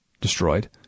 destroyed